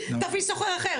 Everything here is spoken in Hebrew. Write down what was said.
אולי אתה רוצה מיטה נוחה יותר?